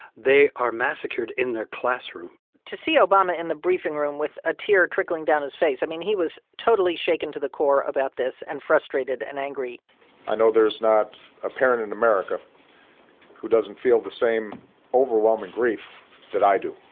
they are massacred in their classroom to see obama in the briefing room with a tear trickling down his face i mean, he was totally shaken to the core about this and frustrated and angry i know there's not a parent in america who doesn't feel the same overwhelming grief that i do.